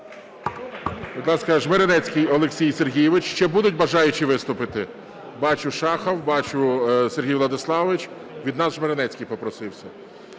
Будь ласка, Жмеренецький Олексій Сергійович. Ще будуть бажаючі виступити? Бачу, Шахов. Бачу, Сергій Владиславович. Від нас Жмеренецький попросився.